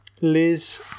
Liz